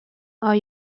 are